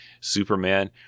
Superman